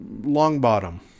Longbottom